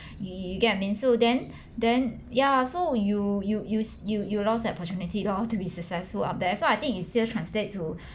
you you you get what I mean so then then ya so you you use you you lost that opportunity loh to be successful up there so I think it still translate to